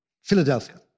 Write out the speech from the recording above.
Philadelphia